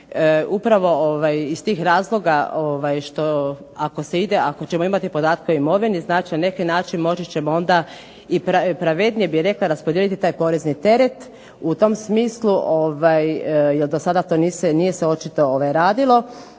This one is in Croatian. upravo iz tih razloga ako ćemo imati te podatke o imovini, znači na neki način moći ćemo pravednije raspodijeliti porezni teret, u tom smislu to se nije očito radilo,